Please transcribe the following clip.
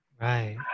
Right